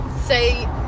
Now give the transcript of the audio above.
Say